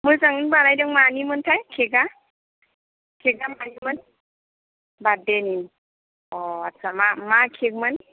मोजाङै बानायदों मानिमोनथाय केक आ केक आ मानिमोन बार्थडे नि अ आच्चा मा मा केक मोन